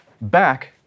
back